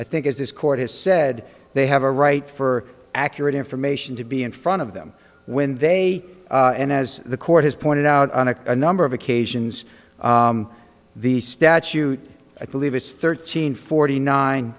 i think as this court has said they have a right for accurate information to be in front of them when they and as the court has pointed out on a number of occasions the statute i believe it's thirteen forty nine